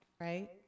right